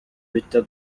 bita